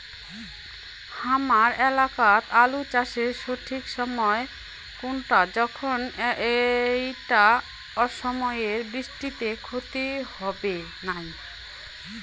হামার এলাকাত আলু চাষের সঠিক সময় কুনটা যখন এইটা অসময়ের বৃষ্টিত ক্ষতি হবে নাই?